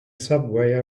subway